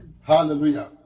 Hallelujah